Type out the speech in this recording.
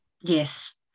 Yes